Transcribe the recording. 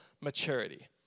maturity